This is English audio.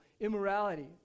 immorality